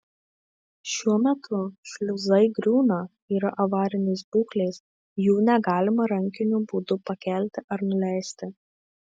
šiuo metu šliuzai griūna yra avarinės būklės jų negalima rankiniu būdu pakelti ar nuleisti